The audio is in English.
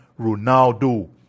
Ronaldo